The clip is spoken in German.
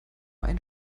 ein